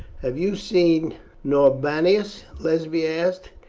have you seen norbanus? lesbia asked.